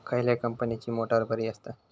खयल्या कंपनीची मोटार बरी असता?